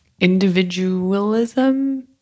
individualism